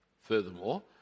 Furthermore